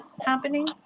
happening